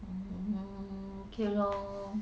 mm okay lor